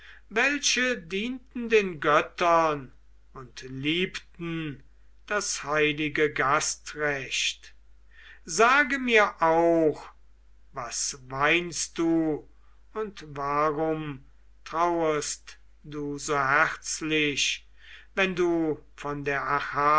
welche dienten den göttern und liebten das heilige gastrecht sage mir auch was weinst du und warum traurst du so herzlich wenn du von der